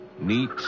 neat